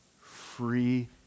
free